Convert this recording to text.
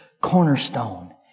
cornerstone